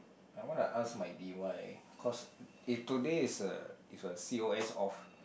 I wanna ask my d_y cause if today is a is a C O S off